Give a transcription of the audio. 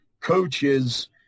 coaches